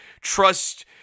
trust